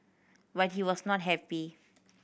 but he was not happy